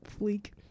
Fleek